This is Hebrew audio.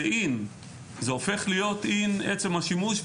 זה In. זה הופך להיות In בעצם השימוש,